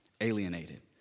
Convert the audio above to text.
Alienated